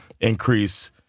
increase